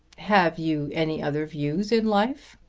have you any other views in life?